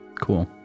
Cool